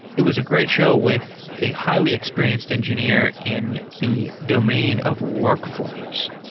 it was a great show with a highly experienced engineer in the domain of workflows